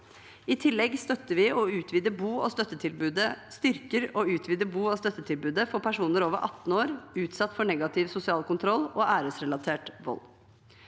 I tillegg styrker og utvider vi bo- og støttetilbudet for personer over 18 år utsatt for negativ sosial kontroll og æresrelatert vold.